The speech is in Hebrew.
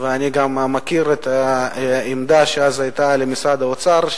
ואני גם מכיר את העמדה שאז היתה למשרד האוצר,